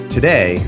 Today